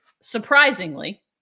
Surprisingly